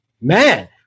man